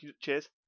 Cheers